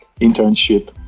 internship